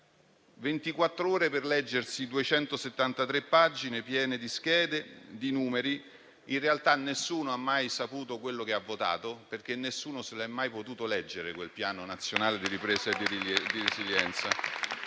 ore per leggersi 273 pagine piene di schede e di numeri; in realtà nessuno ha mai saputo quello che ha votato, perché nessuno si è mai potuto leggere quel Piano nazionale di ripresa e resilienza.